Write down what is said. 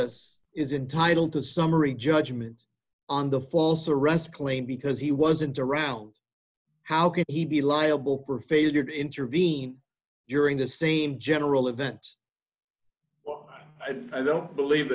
us is entitled to summary judgment on the false arrest claim because he wasn't around how could he be liable for failure to intervene during the same general event i don't believe